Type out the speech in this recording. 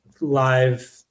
live